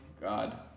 god